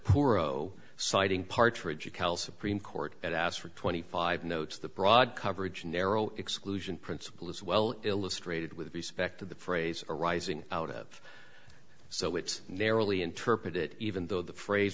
poor o citing partridge a cal supreme court that asked for twenty five notes the broad coverage and narrow exclusion principle as well illustrated with respect to the phrase arising out of so it's narrowly interpret it even though the phrase